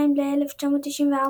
ל-1994,